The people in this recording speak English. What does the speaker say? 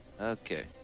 Okay